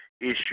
issue